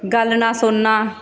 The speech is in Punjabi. ਗੱਲ ਨਾ ਸੁਣਨਾ